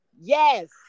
Yes